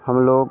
हम लोग